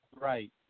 right